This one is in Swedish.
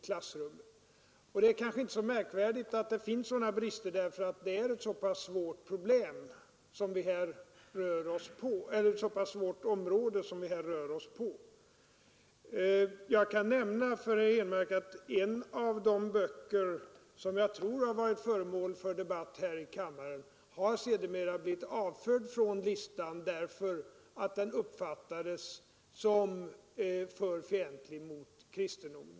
Kanske är det heller inte så märkvärdigt att det finns sådana brister, eftersom det är ett så pass svårt område vi här rör oss på. Jag kan nämna för herr Henmark att en av de böcker som jag tror har varit föremål för debatt här i kammaren sedermera har avförts från listan därför att den uppfattades som fientlig mot kristendomen.